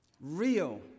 real